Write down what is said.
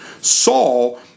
Saul